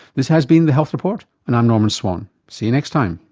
this has been the health report and i'm norman swan. see you next time